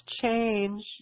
change